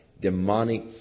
demonic